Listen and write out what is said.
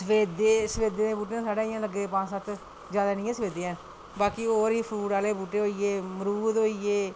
सफेदे न ते सफेदे दे बूह्टे साढ़े इं'या लग्गे दे न पंज सत्त जादै निं सफेदे हैन बाकी होर फ्रूट आह्ले बूह्टे होइये मरूद होइये